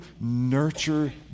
nurture